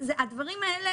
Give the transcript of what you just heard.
הדברים האלה